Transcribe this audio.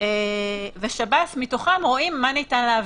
מה קורה בתקופה של הכרזה חלקית ואיך מחליטים כמה יובאו.